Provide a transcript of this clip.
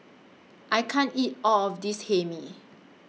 I can't eat All of This Hae Mee